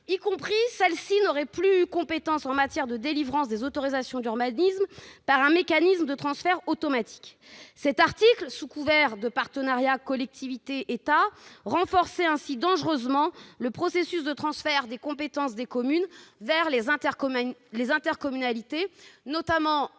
ces mêmes communes n'auraient plus disposé de compétence en matière de délivrance des autorisations d'urbanisme, du fait d'un mécanisme de transfert automatique. Cet article, sous couvert de partenariat collectivité-État, renforçait ainsi dangereusement le processus de transfert des compétences des communes vers les intercommunalités, notamment